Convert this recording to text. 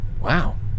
Wow